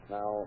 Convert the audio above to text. Now